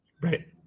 Right